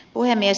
puhemies